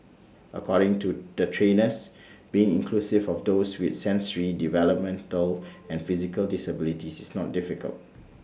according to the trainers being inclusive of those with sensory developmental and physical disabilities is not difficult